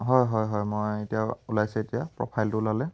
হয় হয় হয় মই এতিয়া ওলাইছে এতিয়া প্ৰফাইলটো ওলালে